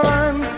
one